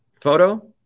photo